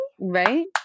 Right